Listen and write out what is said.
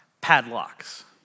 padlocks